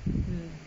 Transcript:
hmm